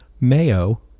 mayo